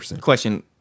question